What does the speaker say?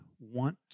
want